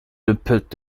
dümpelt